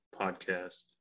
podcast